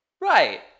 Right